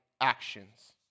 actions